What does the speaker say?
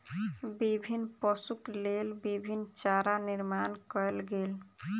विभिन्न पशुक लेल विभिन्न चारा निर्माण कयल गेल